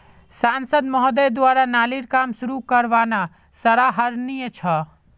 सांसद महोदय द्वारा नालीर काम शुरू करवाना सराहनीय छ